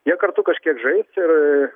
jie kartu kažkiek žais ir